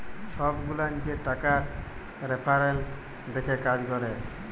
ছব গুলান যে টাকার রেফারেলস দ্যাখে কাজ ক্যরে